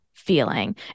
feeling